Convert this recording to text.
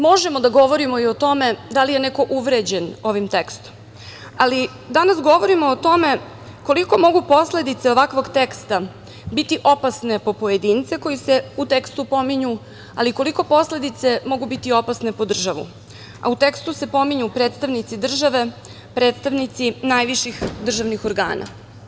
Možemo da govorimo i o tome da li je neko uvređen ovim tekstom, ali danas govorimo o tome koliko mogu posledice ovakvog teksta biti opasne po pojedince koji se u tekstu pominju, ali i koliko posledice mogu biti opasne po državu, a u tekstu se pominju predstavnici države, predstavnici najviših državnih organa.